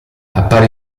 appare